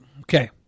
Okay